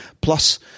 plus